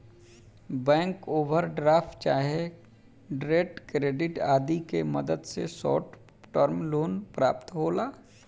bank overdraft चाहे trade credit आदि के मदद से शॉर्ट टर्म लोन प्राप्त होला